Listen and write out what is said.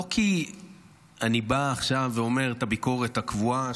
לא כי אני בא עכשיו ואומר את הביקורת הקבועה